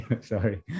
sorry